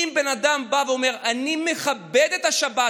בן אדם בא ואומר: אני מכבד את השבת,